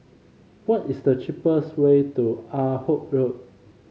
what is the cheapest way to Ah Hood Road